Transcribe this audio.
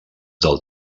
del